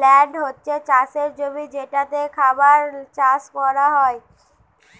land হচ্ছে চাষের জমি যেটাতে খাবার চাষ কোরা হয়